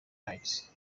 knights